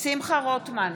שמחה רוטמן,